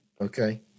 Okay